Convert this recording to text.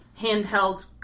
handheld